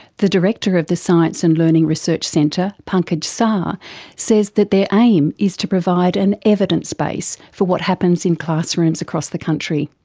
the director of the science and learning research centre pankaj sah says that their aim is to provide an evidence base for what happens in classrooms across the country.